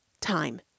time